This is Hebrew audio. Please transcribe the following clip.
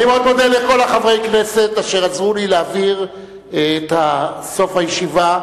אני מאוד מודה לכל חברי הכנסת אשר עזרו לי להעביר את סוף הישיבה,